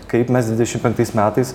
kaip mes dvidešim penktais metais